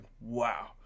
wow